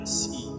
see